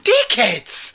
Dickheads